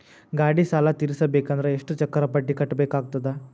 ಗಾಡಿ ಸಾಲ ತಿರಸಬೇಕಂದರ ಎಷ್ಟ ಚಕ್ರ ಬಡ್ಡಿ ಕಟ್ಟಬೇಕಾಗತದ?